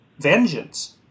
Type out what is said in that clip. vengeance